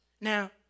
Now